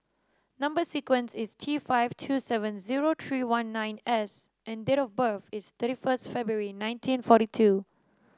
number sequence is T five two seven zero three one nine S and date of birth is thirty first January nineteen forty two